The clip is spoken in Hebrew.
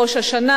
ראש השנה.